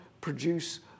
produce